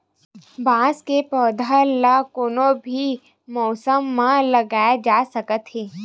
बांस के पउधा ल कोनो भी मउसम म लगाए जा सकत हे